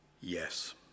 yes